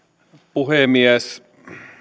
puhemies